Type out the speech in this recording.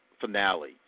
finale